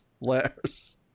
letters